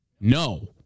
No